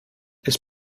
ist